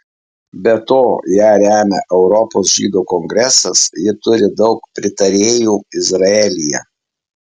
be to ją remia europos žydų kongresas ji turi daug pritarėjų izraelyje